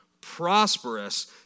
prosperous